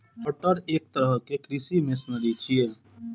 sorter एक तरहक कृषि मशीनरी छियै